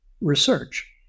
research